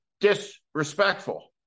disrespectful